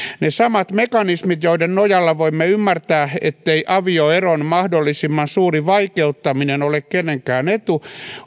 ne samat mekanismit joiden nojalla voimme ymmärtää ettei avioeron mahdollisimman suuri vaikeuttaminen ole kenenkään etu